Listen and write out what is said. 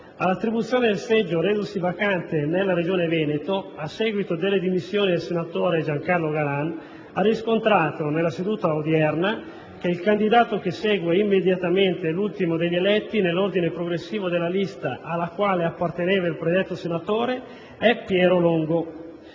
all'attribuzione del seggio resosi vacante nella Regione Veneto, a seguito delle dimissioni del senatore Giancarlo Galan, ha riscontrato, nella seduta odierna, che il candidato che segue immediatamente l'ultimo degli eletti nell'ordine progressivo della lista alla quale apparteneva il predetto senatore è Piero Longo.